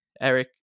Eric